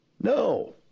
No